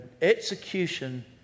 execution